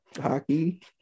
hockey